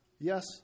Yes